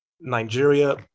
Nigeria